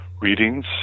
readings